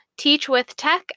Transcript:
teachwithtech